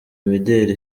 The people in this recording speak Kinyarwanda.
imideli